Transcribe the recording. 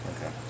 Okay